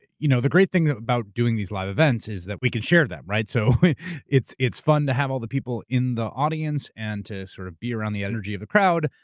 you know the great thing about doing these live events is that we can share them, right? so it's it's fun to have all the people in the audience and to sort of be around the energy of a crowd,